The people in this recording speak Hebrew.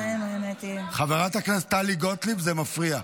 חברת הכנסת טלי גוטליב, זה מפריע.